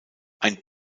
ein